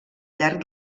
llarg